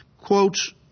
quotes